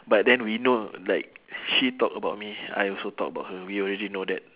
but then we know like she talk about me I also talk about her we already know that